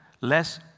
Less